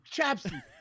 Chapsy